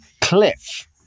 cliff